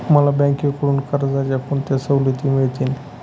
मला बँकेकडून कर्जाच्या कोणत्या सवलती मिळतील?